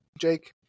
Jake